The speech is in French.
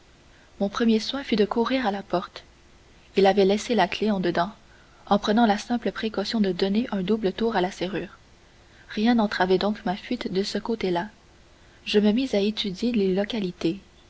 mon premier soin fut de courir à la porte il avait laissé la clef en dedans en prenant la simple précaution de donner un double tour à la serrure rien n'entravait donc ma fuite de ce côté-là je me mis à étudier les localités